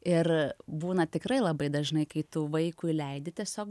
ir būna tikrai labai dažnai kai tu vaikui leidi tiesiog